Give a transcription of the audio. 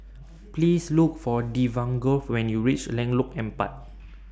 Please Look For Devaughn when YOU REACH Lengkok Empat